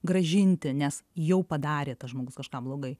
grąžinti nes jau padarė tas žmogus kažką blogai